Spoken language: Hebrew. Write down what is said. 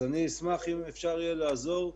אני אשמח אם אפשר יהיה לעזור,